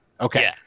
Okay